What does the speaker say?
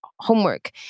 homework